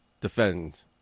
defend